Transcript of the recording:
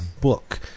book